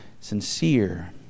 Sincere